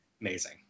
amazing